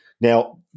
Now